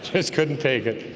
this couldn't take it.